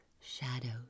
shadows